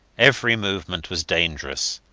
every movement was dangerous.